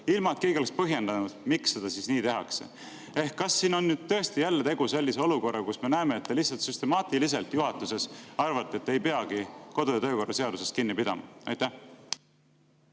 ilma et keegi oleks põhjendanud, miks seda tehakse. Kas siin on nüüd tõesti jälle tegu sellise olukorraga, kus me näeme, et te lihtsalt süstemaatiliselt juhatuses arvate, et ei peagi kodu- ja töökorra seadusest kinni pidama? Suur